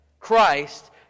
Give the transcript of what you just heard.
Christ